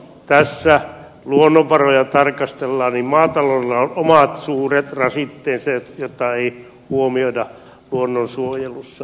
jos tässä luonnonvaroja tarkastellaan niin maataloudella on omat suuret rasitteensa mitä ei huomioida luonnonsuojelussa